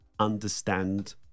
understand